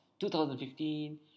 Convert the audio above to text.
2015